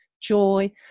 joy